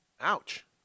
Ouch